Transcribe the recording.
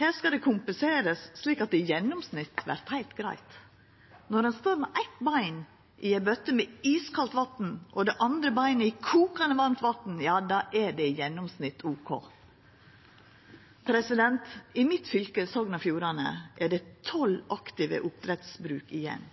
Her skal det kompenserast slik at det i gjennomsnitt vert heilt greitt. Når ein står med eitt bein i ei bøtte med iskaldt vatn og det andre beinet i kokande varmt vatn, ja, då er det i gjennomsnitt ok. I mitt fylke, Sogn og Fjordane, er det tolv aktive bruk for pelsdyroppdrett igjen.